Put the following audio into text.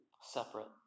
separate